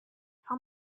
how